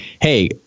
hey